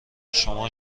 شما